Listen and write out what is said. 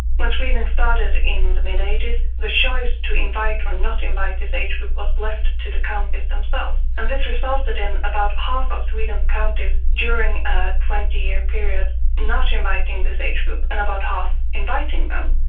when sweden started in the mid eighty s the choice to invite or not invite this age group was left to the counties themselves and this resulted in about half of sweden counties during a twenty year period not inviting this age group and about half inviting them,